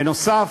בנוסף,